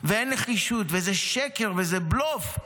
ואין נחישות, וזה שקר וזה בלוף.